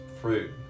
fruit